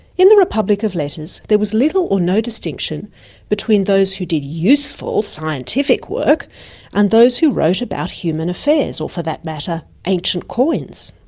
in the republic of letters there was little or no distinction between those who did useful scientific work and those who wrote about human affairs or, for that matter, ancient coins.